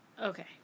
Okay